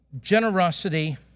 generosity